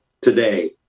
today